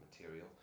material